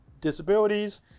disabilities